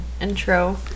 intro